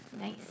Nice